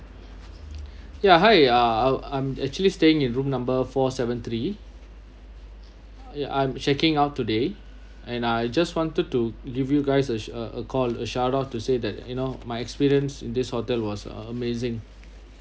yeah hi uh I'm actually staying in room number four seven three ya I'm checking out today and I just wanted to give you guys a a call a shout out to say that you know my experience in this hotel was uh amazing